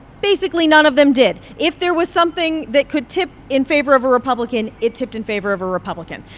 basically, none of them did. if there was something that could tip in favor of a republican, it tipped in favor of a republican.